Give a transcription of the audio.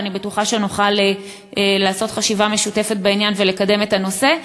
ואני בטוחה שנוכל לעשות חשיבה משותפת בעניין ולקדם את הנושא.